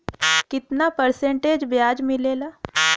कितना परसेंट ब्याज मिलेला?